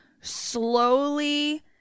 slowly